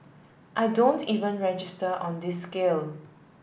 I don't even register on this scale